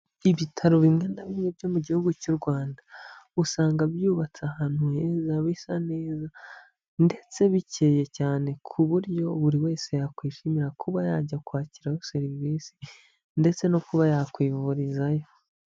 Ibitaro bimwe na bimwe byo mu gihugu cy'u Rwanda usanga byubatse ahantu heza, bisa neza ndetse bikeye cyane ku buryo buri wese yakwishimira kuba yajya kwakiraho serivisi ndetse no kuba yakwivurizayo.